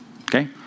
Okay